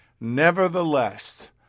Nevertheless